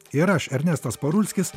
ir aš ernestas parulskis